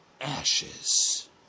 ashes